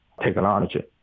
technology